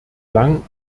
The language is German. lang